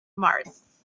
mars